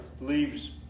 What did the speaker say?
leaves